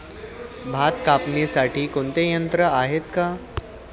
भात कापणीसाठी कोणते यंत्र आहेत का?